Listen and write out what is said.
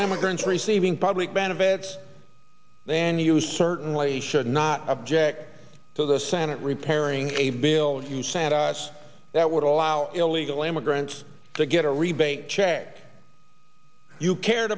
immigrants receiving public benefits then you certainly should not object to the senate repairing a bill you sent us that would allow illegal immigrants to get a rebate check you cared